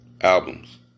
albums